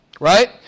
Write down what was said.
Right